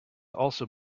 also